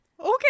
Okay